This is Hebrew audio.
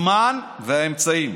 זמן ואמצעים".